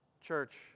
Church